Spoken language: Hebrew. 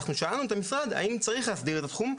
שאלנו את המשרד האם צריך להסדיר את התחום,